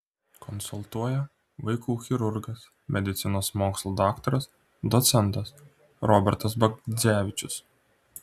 konsultuoja vaikų chirurgas medicinos mokslų daktaras docentas robertas bagdzevičius